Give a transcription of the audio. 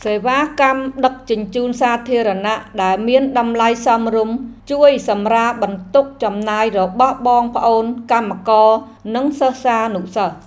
សេវាកម្មដឹកជញ្ជូនសាធារណៈដែលមានតម្លៃសមរម្យជួយសម្រាលបន្ទុកចំណាយរបស់បងប្អូនកម្មករនិងសិស្សានុសិស្ស។